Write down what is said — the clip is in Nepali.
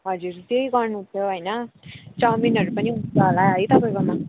हजुर त्यही गर्नु थियो होइन चाउमिनहरू पनि हुन्छ होला है तपाईँकोमा